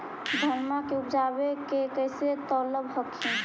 धनमा उपजाके कैसे तौलब हखिन?